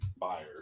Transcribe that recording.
buyers